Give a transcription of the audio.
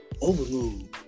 overload